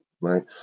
right